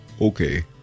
Okay